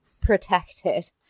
protected